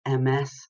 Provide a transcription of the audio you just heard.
MS